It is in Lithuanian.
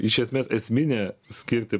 iš esmės esminę skirtį